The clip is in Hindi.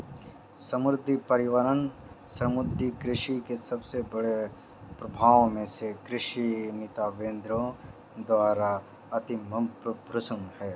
समुद्री पर्यावरण समुद्री कृषि के सबसे बड़े प्रभावों में से कृषि गतिविधियों द्वारा आत्मप्रदूषण है